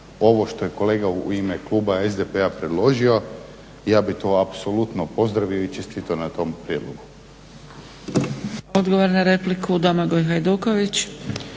ovo što je kolega u ime kluba SDP-a predložio, ja bi to apsolutno pozdravio i čestitao na tom prijedlogu.